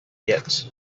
yet